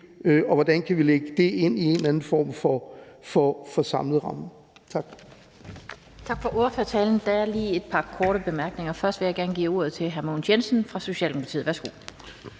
og hvordan kan vi lægge det ind i en eller anden form for samlet ramme? Tak.